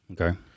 Okay